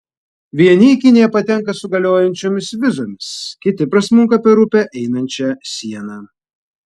vieni į kiniją patenka su galiojančiomis vizomis kiti prasmunka per upę einančią sieną